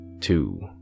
Two